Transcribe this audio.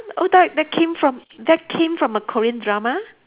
!huh! oh that that came from that came from a Korean drama